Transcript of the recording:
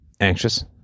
anxious